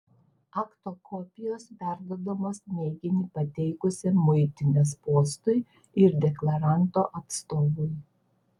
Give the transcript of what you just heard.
akto kopijos perduodamos mėginį pateikusiam muitinės postui ir deklaranto atstovui